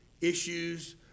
issues